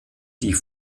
die